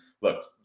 look